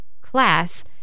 class